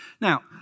Now